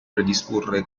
predisporre